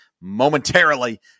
momentarily